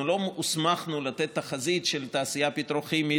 אנחנו לא הוסמכנו לתת תחזית של תעשייה פטרוכימית,